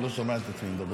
אני לא שומע את עצמי מדבר.